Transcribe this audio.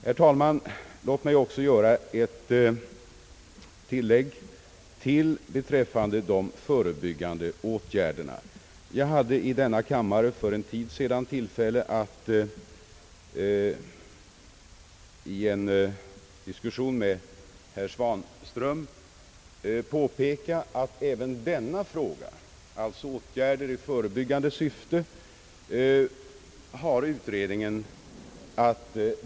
Herr talman! Låt mig göra ett tillägg beträffande de förebyggande åtgärderna. Jag hade i denna kammare för en tid sedan tillfälle att i en diskussion med herr Svanström påpeka att utredningen har att behandla även denna frå ga, d. v. s. de åtgärder som sätts in i förebyggande syfte.